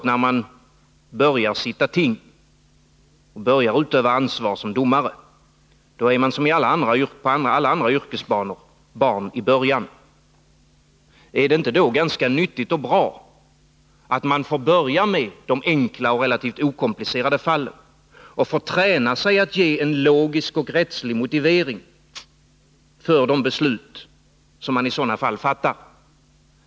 När man börjar sitta ting, börjar utöva ansvar som domare, är man som på alla andra yrkesbanor barn i början. Är det inte då ganska nyttigt och bra att man får börja med de enkla och relativt okomplicerade fallen och får träna sig i att ge en logisk och rättslig motivering för de beslut man i sådana fall fattar?